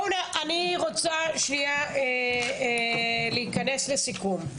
אני רוצה שנייה להיכנס לסיכום.